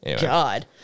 God